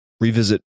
revisit